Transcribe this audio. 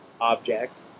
object